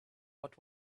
what